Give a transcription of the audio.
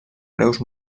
greus